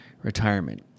retirement